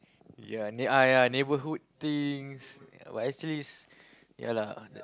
ya neigh~ ah ya neighbourhood things but actually is ya lah